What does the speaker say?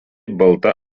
balta